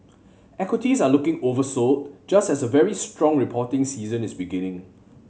equities are looking oversold just as a very strong reporting season is beginning